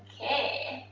okay,